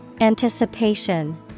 Anticipation